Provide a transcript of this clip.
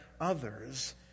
others